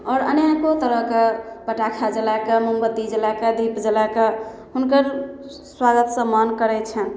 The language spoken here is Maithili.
आओर अनेको तरहके पटाखा जलाय कऽ मोमबत्ती जलाय कऽ दीप जलाय कऽ हुनकर स्वागत सम्मान करय छनि